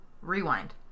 Rewind